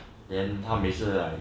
then 他每次 like